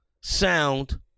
sound